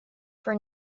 for